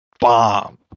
bomb